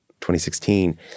2016